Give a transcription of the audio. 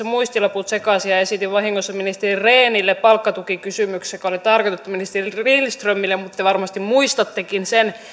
muistilaput sekaisin ja esitin vahingossa ministeri rehnille palkkatukikysymyksen joka oli tarkoitettu ministeri lindströmille mutta te varmasti muistattekin sen